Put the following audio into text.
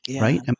right